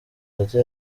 data